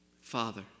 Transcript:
Father